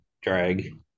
drag